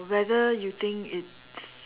whether you think it's